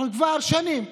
כבר שנים,